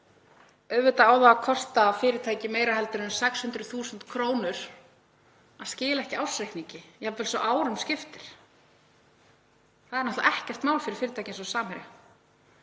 og auðvitað á það að kosta fyrirtæki meira en 600.000 kr. að skila ekki ársreikningi, jafnvel svo árum skiptir. Það er náttúrlega ekkert mál fyrir fyrirtæki eins og Samherja.